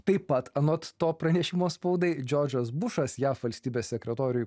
taip pat anot to pranešimo spaudai džordžas bušas jav valstybės sekretoriui